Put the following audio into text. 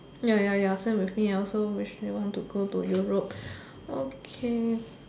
ya ya ya same as me I also wish want to go to Europe okay